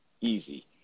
easy